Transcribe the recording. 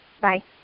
Bye